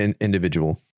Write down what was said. individual